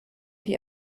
die